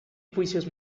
juicios